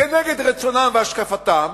נגד רצונם והשקפתם,